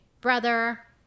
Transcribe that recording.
brother